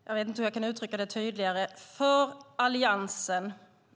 Fru talman! Jag vet inte hur jag kan uttrycka det tydligare. För Alliansen